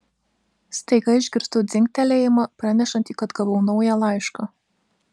staiga išgirstu dzingtelėjimą pranešantį kad gavau naują laišką